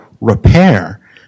repair